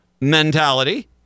mentality